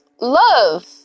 love